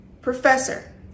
Professor